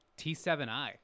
T7i